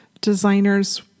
designer's